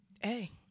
Hey